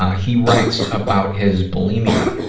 ah he writes about his bulimia.